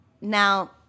Now